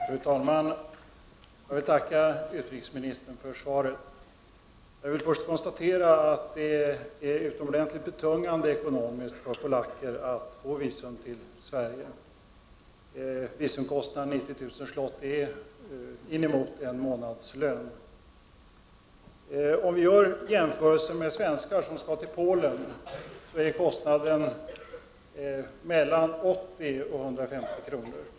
Fru talman! Jag vill tacka utrikesministern för svaret. Till att börja med vill jag konstatera att det är utomordentligt betungande ekonomiskt för en polack att få visum till Sverige. Visumkostnaden, 90 000 zloty, motsvarar nästan en månadslön. För svenskar som skall till Polen är kostnaden mellan 80 och 150 kr.